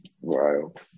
wild